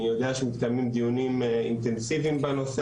אני יודע שמתקיימים דיונים אינטנסיביים בנושא הזה.